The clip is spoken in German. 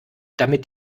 damit